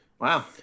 Wow